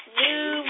new